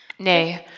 nay